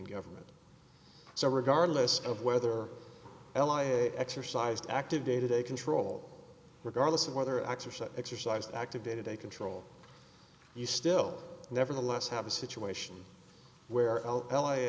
libyan government so regardless of whether exercised active day to day control regardless of whether exercise exercised activated a control you still nevertheless have a situation where l l a